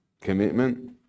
Commitment